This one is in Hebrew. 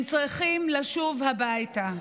הם צריכים לשוב הביתה.